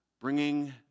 bringing